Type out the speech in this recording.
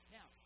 Now